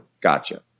Gotcha